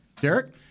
Derek